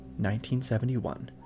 1971